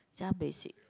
just basic